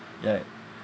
right